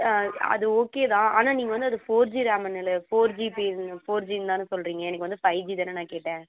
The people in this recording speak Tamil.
ஆ அது அது ஓகே தான் ஆனால் நீங்கள் வந்து அது ஃபோர் ஜி ரேமுன்னுல ஃபோர் ஜிபி இல்லை ஃபோர் ஜின்னு தானே சொல்கிறீங்க எனக்கு வந்து ஃபைவ் ஜி தானே நான் கேட்டேன்